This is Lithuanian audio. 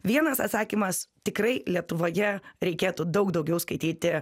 vienas atsakymas tikrai lietuvoje reikėtų daug daugiau skaityti